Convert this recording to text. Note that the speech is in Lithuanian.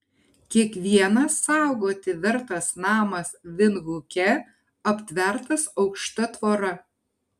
kiekvienas saugoti vertas namas vindhuke aptvertas aukšta tvora